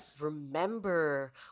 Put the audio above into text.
remember